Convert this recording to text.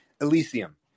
Elysium